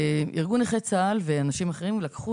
ארגון נכי צה"ל ואנשים אחרים ל קחו